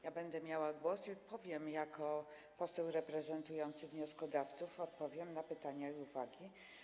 Ja będę miała głos i powiem jako poseł reprezentujący wnioskodawców, odpowiem na pytania i uwagi.